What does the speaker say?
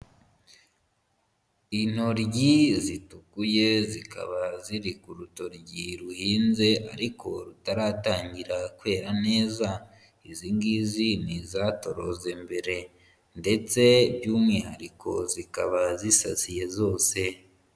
Intoryi zitukuye zikaba ziri ku rutoryi ruhinze ariko rutaratangira kwera neza, izi ngizi ni izatoroze mbere ndetse by'umwihariko zikaba zisaziye zose.